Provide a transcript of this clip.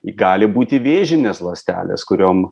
gali būti vėžinės ląstelės kuriom